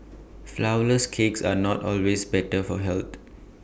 Flourless Cakes are not always better for health